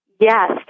Yes